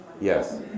Yes